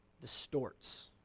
distorts